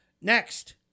Next